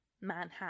Manhattan